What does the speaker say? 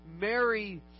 Mary